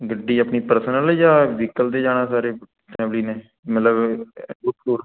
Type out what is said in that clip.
ਗੱਡੀ ਆਪਣੀ ਪਰਸਨਲ ਹੈ ਜਾਂ ਵਹੀਕਲ 'ਤੇ ਜਾਣਾ ਸਾਰੇ ਫੈਮਲੀ ਨੇ ਮਤਲਬ ਟੂਰ